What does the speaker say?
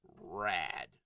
rad